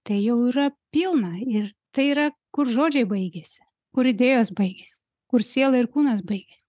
tai jau yra pilna ir tai yra kur žodžiai baigiasi kur idėjos baigias kur siela ir kūnas baigias